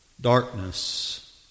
Darkness